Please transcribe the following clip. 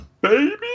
Baby